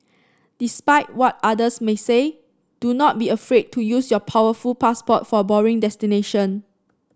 despite what others may say do not be afraid to use your powerful passport for boring destination